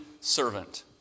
servant